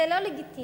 זה לא לגיטימי,